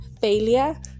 failure